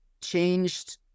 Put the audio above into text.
changed